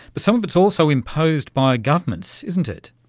but some of it is also imposed by governments, isn't it.